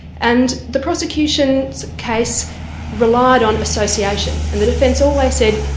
and the prosecution's case relied on association, and the defence always said,